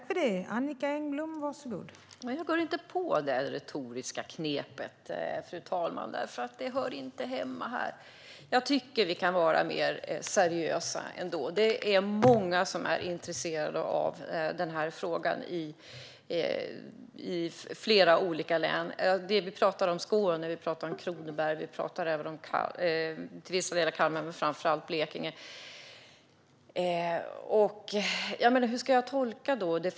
Fru talman! Nej, jag går inte på det där retoriska knepet. Det hör inte hemma här. Jag tycker att vi kan vara mer seriösa. Det är många som är intresserade av den här frågan i flera län. Vi talar om Skåne och Kronoberg, till vissa delar även om Kalmar men framför allt om Blekinge. Hur ska jag då tolka svaret?